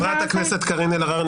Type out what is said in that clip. חברת הכנסת קארין אלהרר,